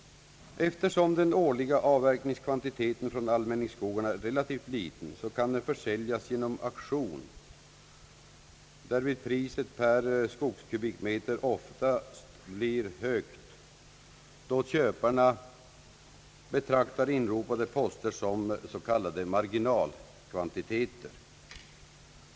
Eftersom den årliga avverkningskvantiteten från allmänningsskogarna är relativt liten kan den säljas genom auktion. Priset per kubikmeter skog blir då ofta högt emedan köparna betraktar inropade poster som marginalkvantiteter.